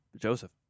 Joseph